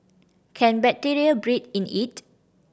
can bacteria breed in it